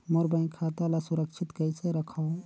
मोर bank खाता ला सुरक्षित कइसे रखव?